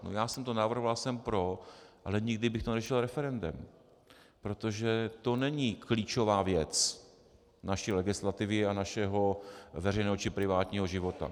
Já jsem to navrhoval, jsem pro, ale nikdy bych to neřešil referendem, protože to není klíčová věc naší legislativy a našeho veřejného či privátního života.